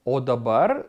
o dabar